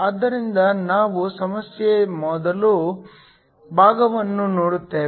ಆದ್ದರಿಂದ ನಾವು ಸಮಸ್ಯೆಯ ಮೊದಲ ಭಾಗವನ್ನು ನೋಡುತ್ತೇವೆ